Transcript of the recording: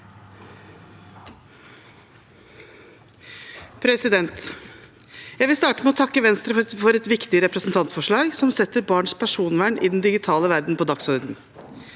for saken): Jeg vil starte med å takke Venstre for et viktig representantforslag som setter barns personvern i den digitale verden på dagsordenen.